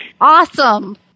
awesome